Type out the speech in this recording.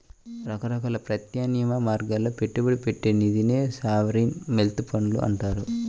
రకరకాల ప్రత్యామ్నాయ మార్గాల్లో పెట్టుబడి పెట్టే నిధినే సావరీన్ వెల్త్ ఫండ్లు అంటారు